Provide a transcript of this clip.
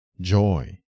joy